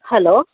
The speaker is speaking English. hello